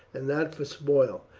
and not for spoil.